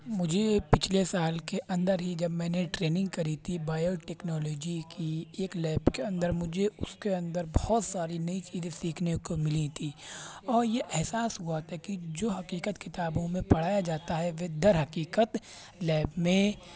مجھے پچھلے سال کے اندر ہی جب میں نے ٹریننگ کری تھی بایوٹیکنالوجی کی ایک لیب کے اندر مجھے اس کے اندر بہت ساری نئی چیزیں سیکھنے کو ملی تھی اور یہ احساس ہوا تھا کہ جو حقیقت کتابوں میں پڑھایا جاتا ہے وہ درحقیقت لیب میں